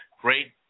great